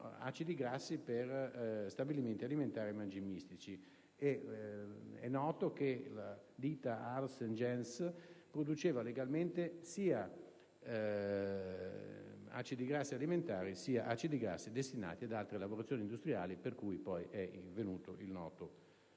industriali) e stabilimenti alimentari e mangimistici. È noto che la ditta Harles & Jentsch produceva legalmente sia acidi grassi alimentari, sia acidi grassi destinati ad altre lavorazioni industriali, per cui poi si è verificato il noto